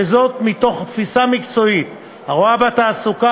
וזאת מתוך תפיסה מקצועית הרואה בתעסוקה